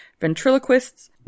ventriloquists